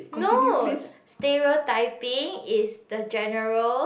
no stereotyping is the general